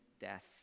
death